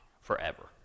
forever